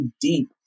deep